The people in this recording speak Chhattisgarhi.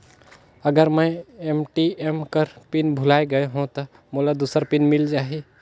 अगर मैं ए.टी.एम कर पिन भुलाये गये हो ता मोला दूसर पिन मिल जाही?